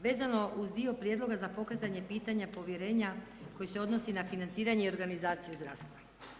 Vezano uz dio prijedloga za pokretanje pitanja povjerenja koji se odnosi na financiranje i organizaciju zdravstva.